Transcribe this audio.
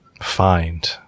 find